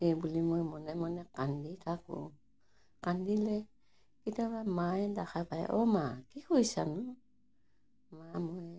এই বুলি মই মনে মনে কান্দি থাকোঁ কান্দিলে কেতিয়াবা মায়ে দেখা পায় অঁ মা কি কৰিছানো মা মই